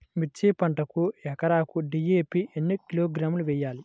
మిర్చి పంటకు ఎకరాకు డీ.ఏ.పీ ఎన్ని కిలోగ్రాములు వేయాలి?